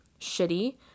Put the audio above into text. shitty